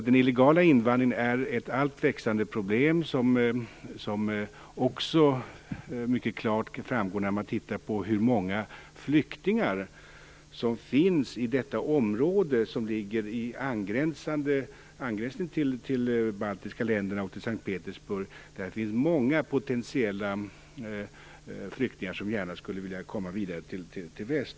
Den illegala invandringen är ett alltmer växande problem. Det framgår också mycket klart när man tittar på hur många flyktingar som finns i området i angränsning till de baltiska länderna och till S:t Petersburg. Där finns många potentiella flyktingar som gärna skulle vilja komma vidare till väst.